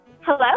hello